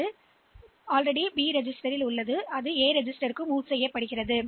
எனவே ஒரு பகுதி இப்போது நம்மிடம் உள்ள அடுத்த இலக்கத்தில் செய்யப்படுகிறது